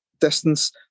distance